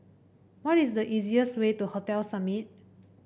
what is the easiest way to Hotel Summit